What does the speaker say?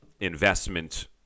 investment